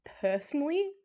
Personally